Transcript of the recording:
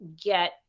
get